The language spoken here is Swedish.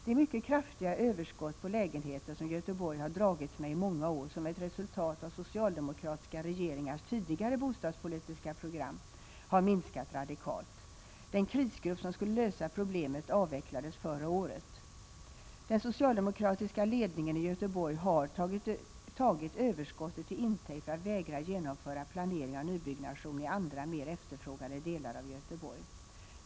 Det mycket kraftiga överskott på lägenheter som Göteborg har dragits med i många år som ett resultat av socialdemokratiska regeringars tidigare bostadspolitiska program har minskat radikalt. Den krisgrupp som skulle lösa problemet avvecklades förra året. Den socialdemokratiska ledningen i Göteborg har tagit överskottet till intäkt för att vägra genomföra någon planering av nybyggnation i andra, mer efterfrågade delar av Göteborg.